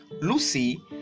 Lucy